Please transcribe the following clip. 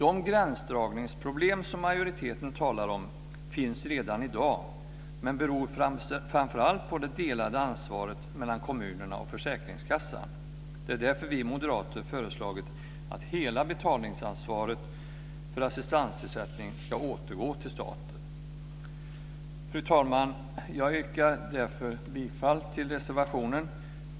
De gränsdragningsproblem som majoriteten talar om finns redan i dag, men beror framför allt på det delade ansvaret mellan kommunerna och försäkringskassan. Det är därför vi moderater har föreslagit att hela betalningsansvaret för assistansersättningen ska återgå till staten. Fru talman! Jag yrkar därför bifall till reservationen.